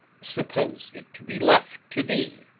suppose it to be left to thee?